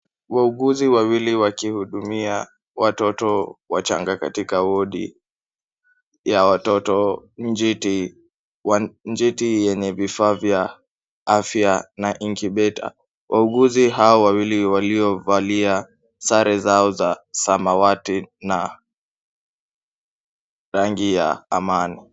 Wauguzi wawili wakihudumia watoto wachanga katika wodi ya watoto Njiti. Njiti yenye vifaa vya afya na inkubeta . Wauguzi hawa wawili waliovalia sare zao za samawati na rangi ya amani.